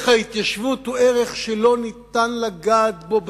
ההתיישבות היא ערך שלא ניתן לגעת בו.